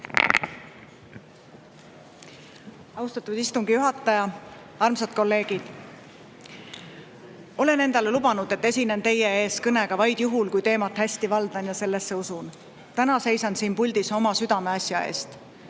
Austatud istungi juhataja! Armsad kolleegid! Olen endale lubanud, et esinen teie ees kõnega vaid juhul, kui teemat hästi valdan ja sellesse usun. Täna seisan siin puldis oma südameasja eest.